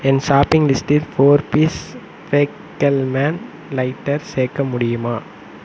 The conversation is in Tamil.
என் ஷாப்பிங் லிஸ்டில் ஃபோர் பீஸ் ஃபாக்கெல்மேன் லைட்டர் சேர்க்க முடியுமா